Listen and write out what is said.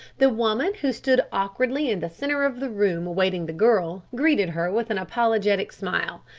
the woman who stood awkwardly in the centre of the room awaiting the girl, greeted her with an apologetic smile.